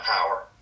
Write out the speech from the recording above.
power